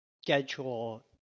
schedule